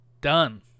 done